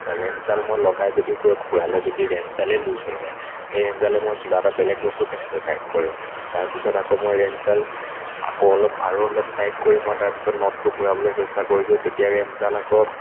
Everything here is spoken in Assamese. তাৰ ৰেঞ্চডাল মই লগাই যদি গৈ ঘূৰালে যদি ৰেঞ্চডালেই লুজ হৈ যায় সেই ৰেঞ্চডালে মই কিবা এটা বেলেগ বস্তু কেনেকৈ টাইট কৰিম তাৰপিছত আকৌ মই ৰেঞ্চডাল আকৌ অলপ আৰু অলপ টাইট কৰি মই তাৰপিছত নটটো ঘূৰাবলৈ চেষ্টা কৰিছোঁ তেতিয়া ৰেঞ্চডাল আকৌ